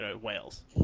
Wales